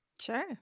Sure